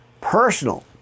personal